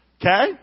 Okay